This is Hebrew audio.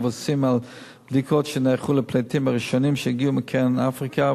המבוססים על בדיקות שנערכו לפליטים הראשונים שהגיעו מקרן אפריקה,